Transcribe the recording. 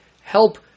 help